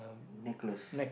necklace